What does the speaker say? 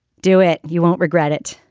do it you won't regret it